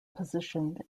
positioned